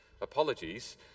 Apologies